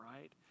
right